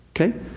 Okay